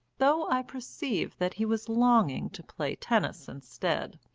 though i perceived that he was longing to play tennis instead.